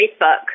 Facebook